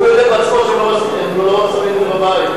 הוא יודע בעצמו שהם לא שמים את זה בבית.